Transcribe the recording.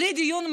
בלי דיון מעמיק,